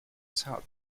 south